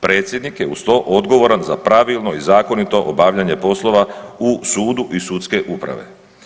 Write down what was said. Predsjednik je uz to, odgovoran za pravilno i zakonito obavljanje poslova u sudu i sudske uprave.